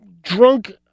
drunk